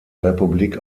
republik